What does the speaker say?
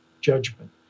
judgment